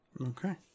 Okay